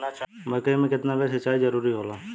मकई मे केतना बेर सीचाई जरूरी होला?